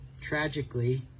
tragically